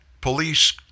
police